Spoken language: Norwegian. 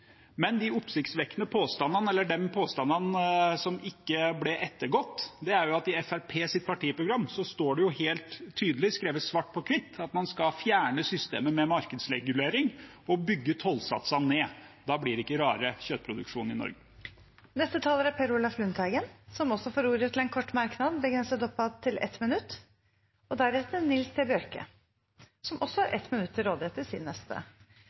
Men de oppsiktsvekkende påstandene, eller de påstandene som ikke ble ettergått, er at i Fremskrittspartiets partiprogram står det helt tydelig, skrevet svart på hvitt, at en skal fjerne systemet med markedsregulering og bygge tollsatsene ned. Da blir det ikke rare kjøttproduksjonen i Norge. Representanten Per Olaf Lundteigen har hatt ordet to ganger tidligere og får ordet til en kort merknad, begrenset til 1 minutt. Statsråd Bollestad har et stort problem. Hun er statsråd i en regjering som